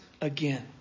again